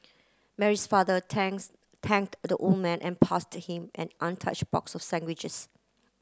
Mary's father thanks thanked the old man and passed him an untouched box sandwiches